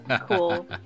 cool